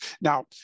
Now